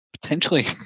potentially